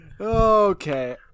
Okay